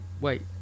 wait